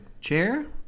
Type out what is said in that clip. chair